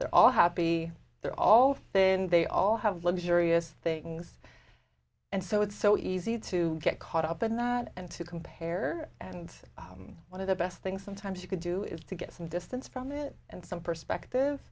they're all happy they're all thin they all have luxurious things and so it's so easy to get caught up in that and to compare and one of the best things sometimes you can do is to get some distance from it and some perspective